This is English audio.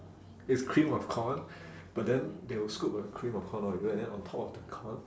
it's cream of corn but then they will scoop the cream of corn [one] you know and then on top of the corn